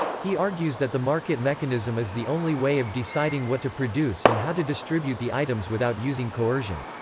he argues that the market mechanism is the only way of deciding what to produce and how to distribute the items without using coercion.